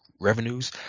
revenues